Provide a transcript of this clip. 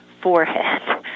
forehead